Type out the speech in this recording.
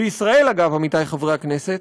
בישראל, אגב, עמיתי חברי הכנסת,